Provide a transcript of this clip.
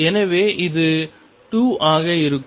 எனவே இது 2 ஆக இருக்கும்